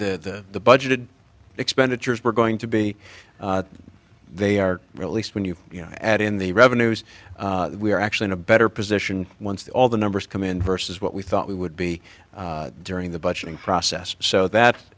that the budgeted expenditures were going to be they are released when you add in the revenues we are actually in a better position once all the numbers come in versus what we thought we would be during the budgeting process so that